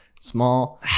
small